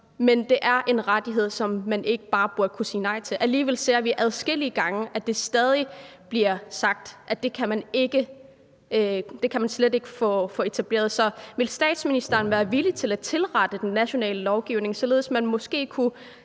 men det er en rettighed, som man ikke bare burde kunne sige nej til. Alligevel ser vi adskillige gange, at der stadig bliver sagt, at det kan man slet ikke få etableret. Så vil statsministeren være villig til at tilrette den nationale lovgivning, således at man måske kunne